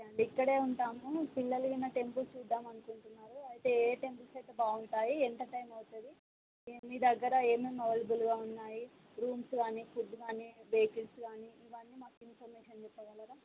okay అండి ఇక్కడే ఉంటాము పిల్లలు ఏమైనా టెంపుల్స్ చూద్దాము అనుకుంటున్నారు అయితే ఏ టెంపుల్స్ అయితే బాగుంటాయి ఎంత టైం అవుతుంది మీ దగ్గర ఏమేమి అవైలెబుల్గా ఉన్నాయి రూమ్స్ కాని ఫుడ్ కాని వెహికల్స్ కాని ఇవి అన్ని మాకు ఇన్ఫర్మేషన్ చెప్పగలరా